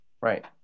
right